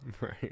right